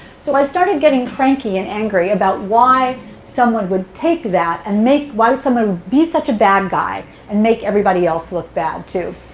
so i started getting cranky and angry about why someone would take that and why would someone be such a bad guy and make everybody else look bad, too?